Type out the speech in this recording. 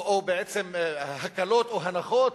או בעצם הקלות או הנחות